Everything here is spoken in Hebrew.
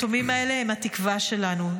היתומים האלה הם התקווה שלנו,